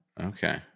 Okay